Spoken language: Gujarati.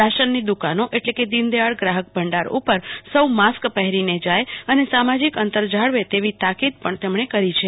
રાશન ની દુકાનો એટલે કે દીનદયાળ ગ્રાફક ભંડાર ઉપર સૌ માસ્ક પફેરી ને જાય અને સામાજિક અંતર જાળવે તેવી તાકીદ પણ તેમણે કરી છે